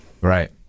Right